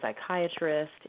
psychiatrist